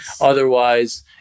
Otherwise